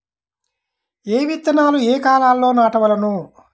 ఏ విత్తనాలు ఏ కాలాలలో నాటవలెను?